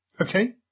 Okay